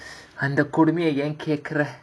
அந்த கொடுமைய ஏன் கேக்குற:andha kodumaiya yaen kekkura